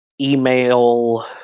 email